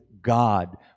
God